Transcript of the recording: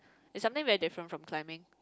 is something very different from climbing